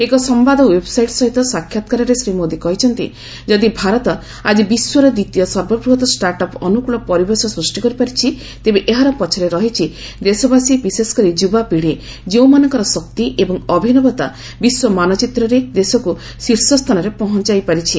ଏକ ସମ୍ଭାଦ ଓ୍ବେବସାଇଟ୍ ସହିତ ସାକ୍ଷାତକାରରେ ଶ୍ରୀ ମୋଦି କହିଛନ୍ତି ଯଦି ଭାରତ ଆଜି ବିଶ୍ୱର ଦ୍ୱିତୀୟ ସର୍ବବୃହତ୍ ଷ୍ଟାର୍ଟ ଅପ୍ ଅନୁକୁଳ ପରିବେଶ ସୃଷ୍ଟି କରିପାରିଛି ତେବେ ଏହାର ପଛରେ ରହିଛି ଦେଶବାସୀ ବିଶେଷକରି ଯୁବାପୀଢି ଯେଉଁମାନଙ୍କର ଶକ୍ତି ଏବଂ ଅଭିନବତା ବିଶ୍ୱମାନଚିତ୍ରରେ ଦେଶକୁ ଶୀର୍ଷ ସ୍ଥାନରେ ପହଞ୍ଚାଇପାରିଛି